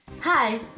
Hi